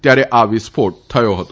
ત્યારે આ વિસ્ફોટ થયો હતો